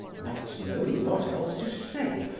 not knowing what else to say,